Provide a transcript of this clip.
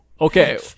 Okay